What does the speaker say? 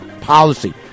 policy